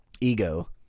Ego